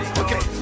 okay